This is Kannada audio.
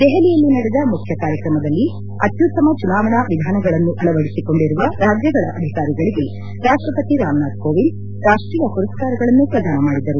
ದೆಹಲಿಯಲ್ಲಿ ನಡೆದ ಮುಖ್ಯ ಕಾರ್ಯಕ್ರಮದಲ್ಲಿ ಅತ್ಯುತ್ತಮ ಚುನಾವಣಾ ವಿಧಾನಗಳನ್ನು ಅಳವಡಿಸಿಕೊಂಡಿರುವ ರಾಜ್ಯಗಳ ಅಧಿಕಾರಿಗಳಿಗೆ ರಾಷ್ಟ್ರಪತಿ ರಾಮನಾಥ್ ಕೋವಿಂದ್ ರಾಷ್ಟೀಯ ಪುರಸ್ಕಾರಗಳನ್ನು ಪ್ರದಾನ ಮಾಡಿದರು